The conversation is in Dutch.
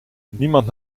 niemand